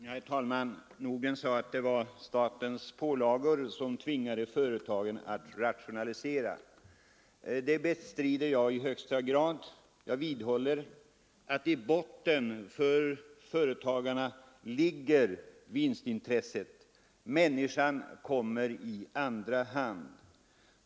Herr talman! Herr Nordgren sade att det var statens pålagor som tvingade företagen att rationalisera. Det bestrider jag i högsta grad. Jag vidhåller att i botten för företagarna ligger vinstintresset — människan kommer i andra hand.